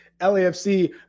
LaFC